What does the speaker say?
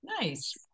Nice